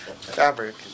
fabric